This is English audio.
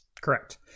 Correct